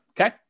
okay